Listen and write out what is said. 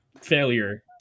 failure